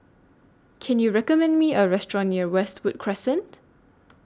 Can YOU recommend Me A Restaurant near Westwood Crescent